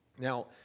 Now